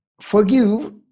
Forgive